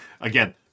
Again